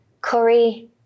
Curry